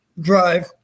drive